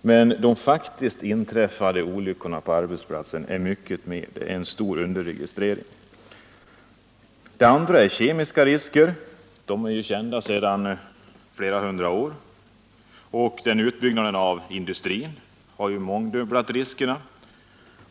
men de faktiskt inträffade olyckorna på arbetsplatserna är många fler — det är en stor underregistrering. Kemiska risker. De är kända sedan flera hundra år, och utbyggnaden av industrin har mångdubblat riskerna.